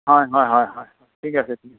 হয় হয় হয় হয় হয় ঠিক আছে ঠিক আছে